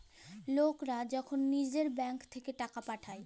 লকরা যখল লিজের ব্যাংক থ্যাইকে টাকা পাঠায়